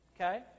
okay